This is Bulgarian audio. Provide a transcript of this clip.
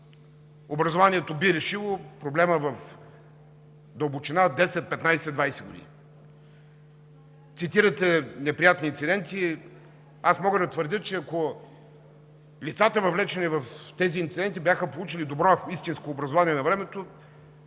Образованието би решило проблема в дълбочина 10, 15, 20 години. Цитирате неприятни инциденти. Аз мога да твърдя, че, ако лицата, въвлечени в тези инциденти, бяха получили добро, истинско образование навремето,